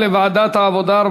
לדיון מוקדם בוועדת העבודה,